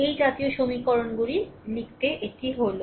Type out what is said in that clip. এই জাতীয় সমীকরণগুলি লিখতে এটি হল